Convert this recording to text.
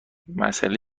مسئله